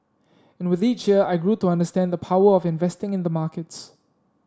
and with each year I grew to understand the power of investing in the markets